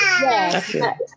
Yes